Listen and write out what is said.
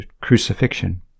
crucifixion